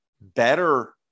better